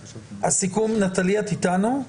נטלי, את איתנו?